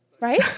right